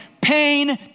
pain